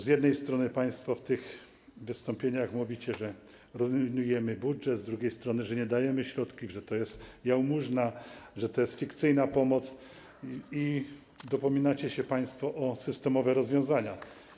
Z jednej strony, państwo w tych wystąpieniach mówicie, że rujnujemy budżet, z drugiej strony, że nie dajemy środków, że to jest jałmużna, że to jest fikcyjna pomoc, i dopominacie się państwo o systemowe rozwiązania.